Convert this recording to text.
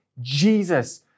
Jesus